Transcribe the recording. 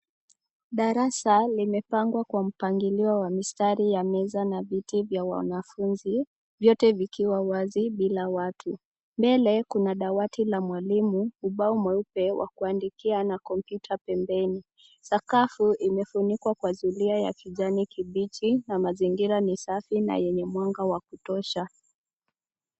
Darasa limepangwa wa mpangilio mistari wa meza na viti vya wanafunzi vyote vikiwa wazi bila watu. Mbele kuna dawati la mwalimu, ubao mweupe wa kuandikia na kompyuta pembeni. Sakafu imefunikwa kwa zulia ya kijani kibichi na mazingira ni safi na yenye mwanga wa kutosha.